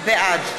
בעד